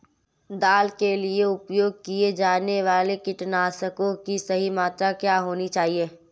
दाल के लिए उपयोग किए जाने वाले कीटनाशकों की सही मात्रा क्या होनी चाहिए?